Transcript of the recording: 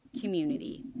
community